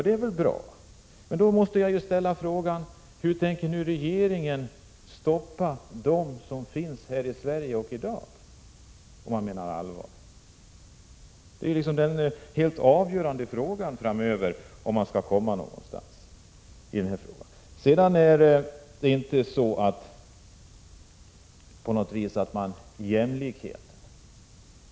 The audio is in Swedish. Det är bra, men jag måste ställa frågan: Hur tänker regeringen, om man menar allvar, stoppa de strävanden i den riktningen som finns i Sverige i dag? Det är den helt avgörande frågan framöver, om man skall komma någonstans. Anna-Greta Leijon spelar ut olika åtgärder mot varandra.